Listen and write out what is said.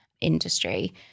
industry